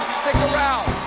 stick around!